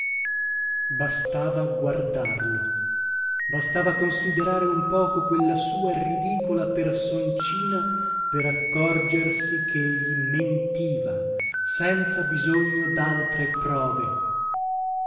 semplice bastava guardarlo bastava considerare un poco quella sua minuscola ridicola personcina per accorgersi chegli mentiva senza bisogno daltre prove